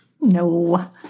no